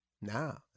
Now